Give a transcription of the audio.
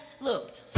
Look